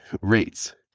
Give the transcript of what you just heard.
rates